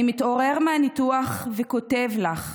אני מתעורר מהניתוח וכותב לך,